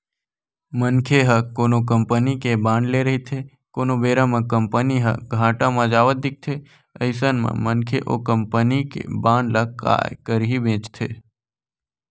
मनखे ह कोनो कंपनी के बांड ले रहिथे कोनो बेरा म कंपनी ह घाटा म जावत दिखथे अइसन म मनखे ओ कंपनी के बांड ल काय करही बेंचथे